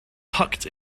tucked